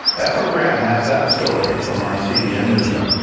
efrem graham has that story from our cbn newsroom.